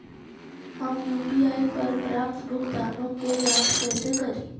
हम यु.पी.आई पर प्राप्त भुगतानों के जांच कैसे करी?